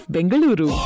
Bengaluru